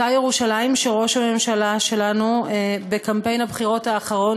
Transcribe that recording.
אותה ירושלים שראש הממשלה שלנו בקמפיין הבחירות האחרון